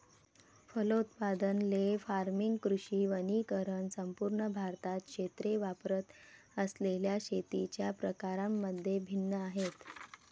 फलोत्पादन, ley farming, कृषी वनीकरण संपूर्ण भारतात क्षेत्रे वापरत असलेल्या शेतीच्या प्रकारांमध्ये भिन्न आहेत